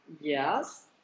Yes